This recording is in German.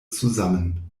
zusammen